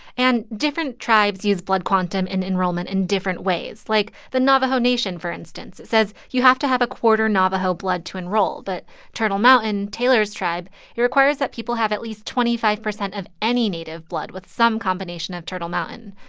and different tribes use blood quantum and enrollment in different ways, like the navajo nation for instance. it says you have to have a quarter navajo blood to enroll. but turtle mountain taylor's tribe it requires that people have at least twenty five percent of any native blood with some combination of turtle mountain.